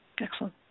Excellent